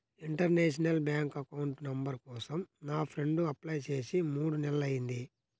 international bank account number కోసం నా friend apply చేసి మూడు నెలలయ్యింది